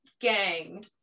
gang